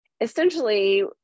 essentially